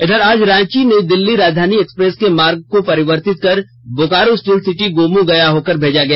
इधर आज रांची नई दिल्ली राजधानी एक्सप्रेस के मार्ग को परिवर्तित कर बोकारो स्टील सिटी गोमो गया होकर भेजा गया